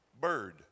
bird